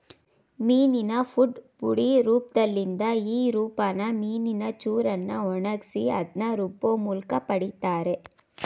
ಮೀನಿನ ಫುಡ್ ಪುಡಿ ರೂಪ್ದಲ್ಲಿದೆ ಈ ರೂಪನ ಮೀನಿನ ಚೂರನ್ನ ಒಣಗ್ಸಿ ಅದ್ನ ರುಬ್ಬೋಮೂಲ್ಕ ಪಡಿತಾರೆ